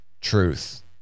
truth